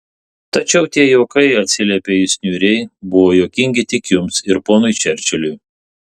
tačiau tie juokai atsiliepė jis niūriai buvo juokingi tik jums ir ponui čerčiliui